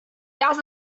das